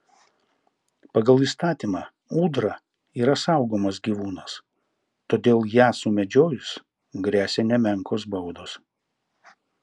pagal įstatymą ūdra yra saugomas gyvūnas todėl ją sumedžiojus gresia nemenkos baudos